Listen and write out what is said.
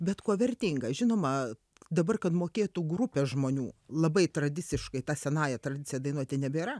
bet kuo vertinga žinoma dabar kad mokėtų grupė žmonių labai tradiciškai ta senąja tradicija dainuoti nebėra